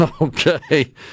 Okay